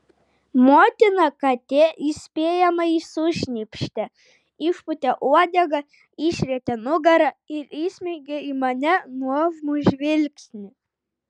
motina katė įspėjamai sušnypštė išpūtė uodegą išrietė nugarą ir įsmeigė į mane nuožmų žvilgsnį